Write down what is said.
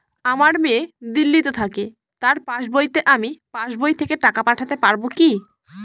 আমার মেয়ে দিল্লীতে থাকে তার পাসবইতে আমি পাসবই থেকে টাকা পাঠাতে পারব কি?